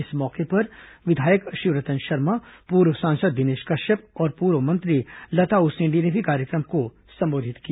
इस मौके पर विधायक शिवरतन शर्मा पूर्व सांसद दिनेश कश्यप और पूर्व मंत्री लता उसेंडी ने भी कार्यक्रम को संबोधित किया